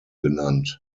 genannt